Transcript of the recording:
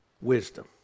Wisdom